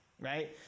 right